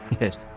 Yes